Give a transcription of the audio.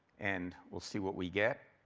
and we'll see what we get.